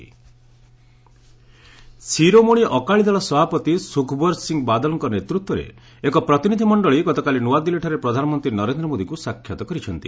PM Shiromani Akali Dal ସଭାପତି ସୁଖବିର ସିଂହ ବାଦଲଙ୍କ ନେତୃତ୍ୱରେ ଏକ ପ୍ରତିନିଧି ମଣ୍ଡଳୀ ଗତକାଲି ନୂଆଦିଲ୍ଲୀଠାରେ ପ୍ରଧାନମନ୍ତ୍ରୀ ନରେନ୍ଦ୍ର ମୋଦୀଙ୍କୁ ସାକ୍ଷାତ କରିଛନ୍ତି